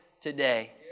today